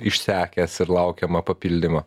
išsekęs ir laukiama papildymo